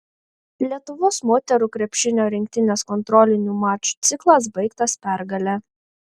lietuvos moterų krepšinio rinktinės kontrolinių mačų ciklas baigtas pergale